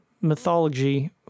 mythology